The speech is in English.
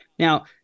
Now